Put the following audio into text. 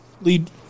lead